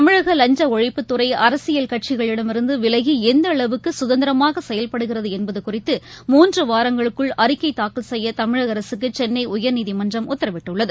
தமிழகலஞ்சலழிப்புத்துறைஅரசியல் கட்சிகளிடமிருந்துவிலகிஎந்தஅளவுக்குசுதந்திரமாகசெயல்படுகிறதுஎன்பதுகுறித்து முன்றுவாரங்களுக்குள் அறிக்கைதாக்கல் செய்யதமிழகஅரசுக்குசென்னைஉயர்நீதிமன்றம் உத்தரவிட்டுள்ளது